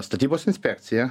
statybos inspekcija